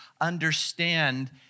understand